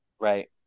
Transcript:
right